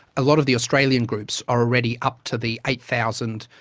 a lot of the australian groups are already up to the eight thousand,